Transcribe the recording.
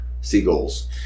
Seagulls